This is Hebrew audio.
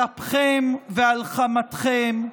על אפכם ועל חמתכם.